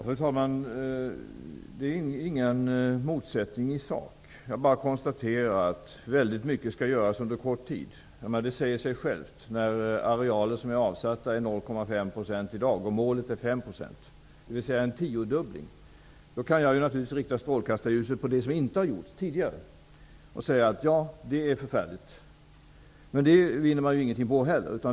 Fru talman! Det råder ingen motsättning i sak. Det skall göras väldigt mycket under kort tid. Det säger sig självt när andelen avsatta arealer i dag uppgår till 0,5 % och målet är 5 %. Målet är alltså en tio gånger så stor avsättning. Jag kan då naturligtvis rikta strålkastarljuset bakåt och säga att det är förfärligt att det inte har gjorts någonting tidigare. Men det vinner man ju ingenting på.